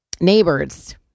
neighbors